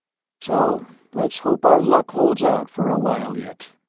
so let's hope our luck holds out for a while yet.